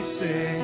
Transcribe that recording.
say